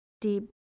deep